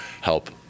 help